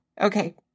Okay